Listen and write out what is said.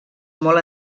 molt